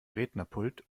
rednerpult